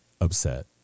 upset